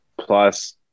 Plus